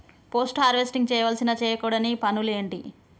Post harvesting చేయవలసిన చేయకూడని పనులు ఏంటి?